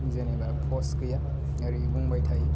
जेनेबा पस्ट गैया ओरै बुंबाय थायो